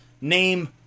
name